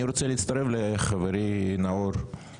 אני רוצה להצטרף לחברי נאור.